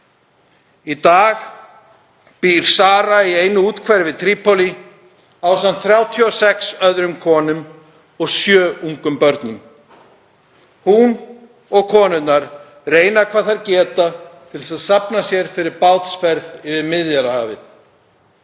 Í dag býr Sara í einu úthverfi Trípólí ásamt 36 öðrum konum og sjö ungum börnum. Hún og konurnar reyna hvað þær geta til að safna sér fyrir bátsferð yfir Miðjarðarhafið